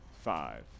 Five